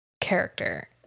character